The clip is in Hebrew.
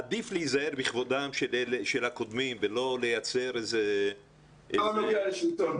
עדיף להיזהר בכבודם של הקודמים ולא לייצר איזה -- זה לא נוגע לשלטון.